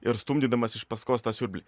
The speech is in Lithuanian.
ir stumdydamas iš paskos tą siurblį